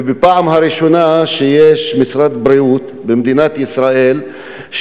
ובפעם הראשונה שיש במדינת ישראל משרד בריאות